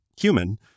human